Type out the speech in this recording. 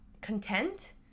content